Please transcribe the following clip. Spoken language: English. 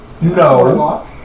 no